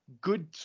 good